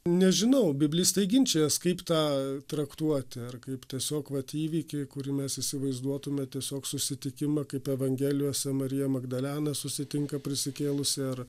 nežinau biblistai ginčijas kaip tą traktuoti ar kaip tiesiog vat įvykį kurį mes įsivaizduotume tiesiog susitikimą kaip evangelijose marija magdalena susitinka prisikėlusi ar